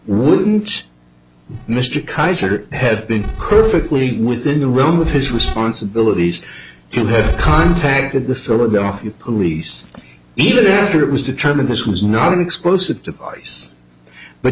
wouldn't mr kaiser had been perfectly within the realm of his responsibilities to have contacted the philadelphia police even after it was determined this was not an explosive device but